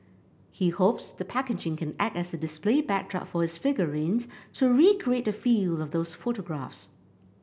he hopes the packaging can act as a display backdrop for his figurines to recreate the feel of those photographs